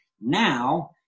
now